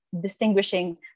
distinguishing